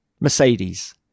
Mercedes